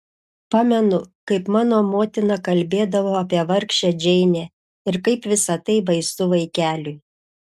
pamenu kaip mano motina kalbėdavo apie vargšę džeinę ir kaip visa tai baisu vaikeliui